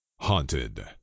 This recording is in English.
haunted